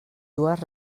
dues